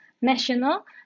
national